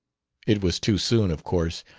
it was too soon, of course,